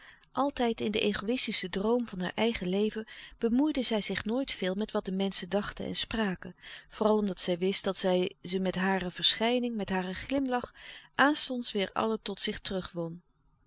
altijd in den louis couperus de stille kracht egoïstischen droom van haar eigen leven bemoeide zij zich nooit veel met wat de menschen dachten en spraken vooral omdat zij wist dat zij ze met hare verschijning met haar glimlach aanstonds weêr allen tot zich terug won